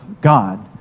God